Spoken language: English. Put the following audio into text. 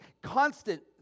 constant